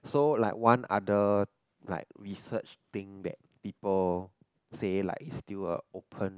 so like one other like research thing that people say like its still uh open